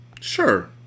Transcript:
sure